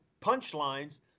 punchlines